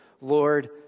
Lord